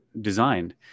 designed